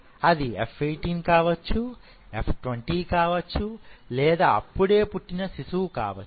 అది F 18 కావచ్చు F 20 కావచ్చు లేదా అది అప్పుడే పుట్టిన శిశువు కావచ్చు